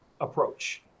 approach